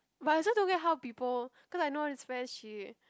but I also don't get how people cause I know this friend she